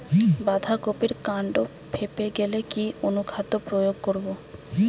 বাঁধা কপির কান্ড ফেঁপে গেলে কি অনুখাদ্য প্রয়োগ করব?